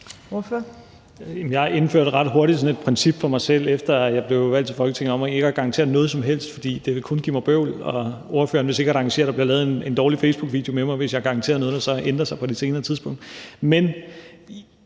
Jeg indførte ret hurtigt et princip for mig selv, efter jeg blev valgt til Folketinget, om ikke at garantere noget som helst, for det vil kun give mig bøvl, og ordføreren vil sikkert arrangere, at der bliver lavet en dårlig facebookvideo med mig, hvis jeg garanterer noget, der så ændrer sig på et senere tidspunkt.